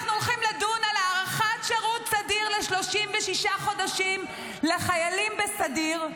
הולכים לדון על הארכת שירות סדיר ל-36 חודשים לחיילים בסדיר,